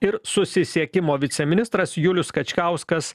ir susisiekimo viceministras julius skačkauskas